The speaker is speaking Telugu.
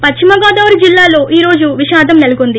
పశ్చిమ గోదావరి జిల్లాలో ఈ రోజు విషాదం నెలకొంది